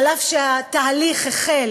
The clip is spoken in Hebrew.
אף שהתהליך החל